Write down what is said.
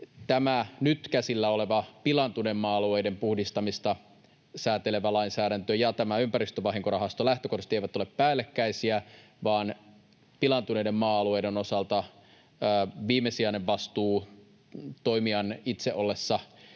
tämä nyt käsillä oleva pilaantuneiden maa-alueiden puhdistamista säätelevä lainsäädäntö ja ympäristövahinkorahasto eivät ole lähtökohtaisesti päällekkäisiä, vaan pilaantuneiden maa-alueiden osalta viimesijainen vastuu toimijan itse ollessa